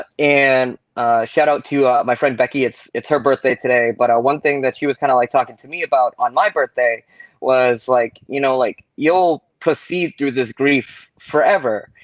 ah and shout out to ah my friend becky, it's it's her birthday today. but ah one thing that she was kinda like talking to me about on my birthday was like you know like you'll proceed through this grief forever.